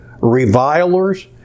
revilers